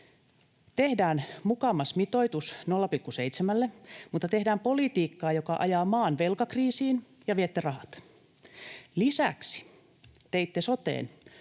Tehdään mukamas mitoitus 0,7:lle, mutta tehdään politiikkaa, joka ajaa maan velkakriisiin, ja viette rahat. Lisäksi teitte soteen